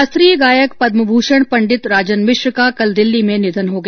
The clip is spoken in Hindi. शास्त्रीय गायक पद्मभूषण पण्डित राजन मिश्र का कल दिल्ली में निधन हो गया